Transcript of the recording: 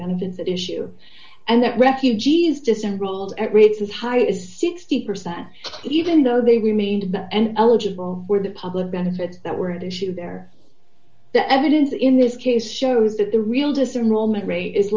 then that issue and that refugees disenrolled at rates as high as sixty percent even though they remained eligible for the public benefits that were the issue there the evidence in this case shows that the real disenroll me rate is